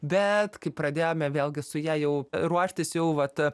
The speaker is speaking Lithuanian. bet kai pradėjome vėlgi su ja jau ruoštis jau vat